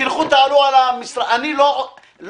תלכו, תעלו על המשרד היי,